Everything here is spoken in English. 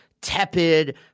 tepid